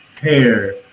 hair